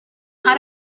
how